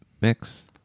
mix